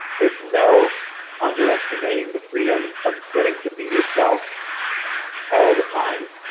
there's no underestimating the freedom of getting to be yourself all the time,